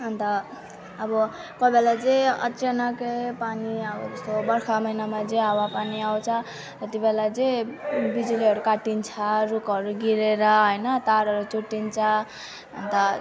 अन्त अब कोही बेला चाहिँ अचानकै पानी अब जस्तो बर्खा महिनामा चाहिँ हावापानी आउँछ त्यत्ति बेला चाहिँ बिजुलीहरू काटिन्छ रुखहरू गिरेर होइन तारहरू चुँडिन्छ अन्त